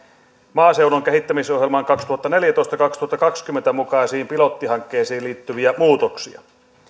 maaseudun kehittämisohjelma kaksituhattaneljätoista viiva kaksituhattakaksikymmentän mukaisiin pilottihankkeisiin liittyviä muutoksia